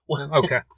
Okay